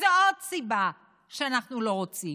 זו עוד סיבה שאנחנו לא רוצים.